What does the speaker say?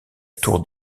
tour